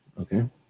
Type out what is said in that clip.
Okay